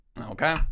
Okay